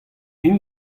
int